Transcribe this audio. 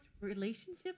relationship